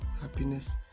happiness